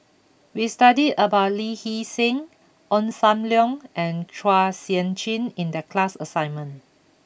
we studied about Lee Hee Seng Ong Sam Leong and Chua Sian Chin in the class assignment